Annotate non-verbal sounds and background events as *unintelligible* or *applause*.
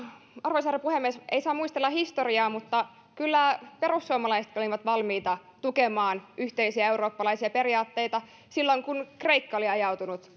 arvoisa herra puhemies muistella historiaa niin kyllä perussuomalaiset olivat valmiita tukemaan yhteisiä eurooppalaisia periaatteita silloin kun kreikka oli ajautunut *unintelligible*